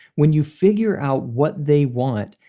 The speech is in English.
when you figure out what they want,